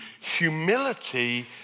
humility